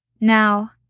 Now